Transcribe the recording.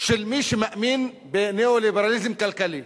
של מי שמאמין בניאו-ליברליזם כלכלי.